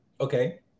Okay